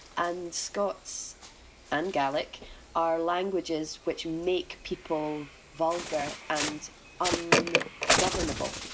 and scots and gaelic are languages which make people vulgar and and governable.